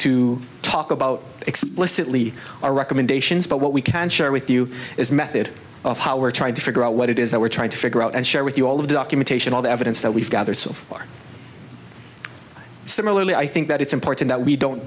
to talk about explicitly our recommendations but what we can share with you is method of how we're trying to figure out what it is that we're trying to figure out and share with you all of the documentation all the evidence that we've gathered so far similarly i think that it's important that we don't